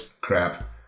crap